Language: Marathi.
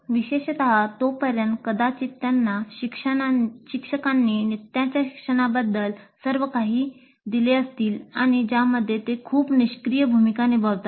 विशेषत तोपर्यंत कदाचित त्यांना शिक्षकांनी नित्याच्या शिक्षणाबद्दल सर्व काही दिले असतील आणि ज्यामध्ये ते खूप निष्क्रिय भूमिका निभावतात